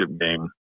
game